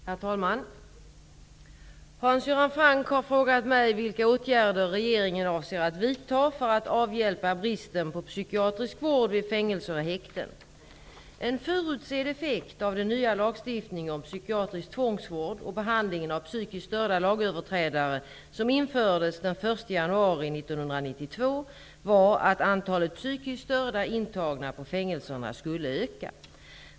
Herr talman! Hans Göran Franck har frågat mig vilka åtgärder regeringen avser att vidta för att avhjälpa bristen på psykiatrisk vård vid fängelser och häkten. januari 1992, var att antalet psykiskt störda intagna på fängelserna skulle öka.